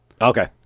Okay